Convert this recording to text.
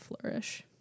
flourish